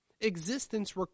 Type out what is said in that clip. Existence